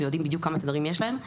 ויודעים בדיוק כמה תדרים יש להם.